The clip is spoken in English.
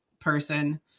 person